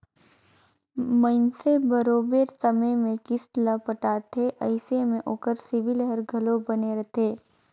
मइनसे बरोबेर समे में किस्त ल पटाथे अइसे में ओकर सिविल हर घलो बने रहथे